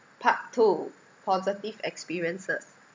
part two positive experiences